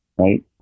right